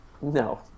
No